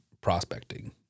prospecting